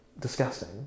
disgusting